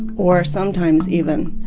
or sometimes even,